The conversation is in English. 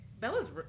bella's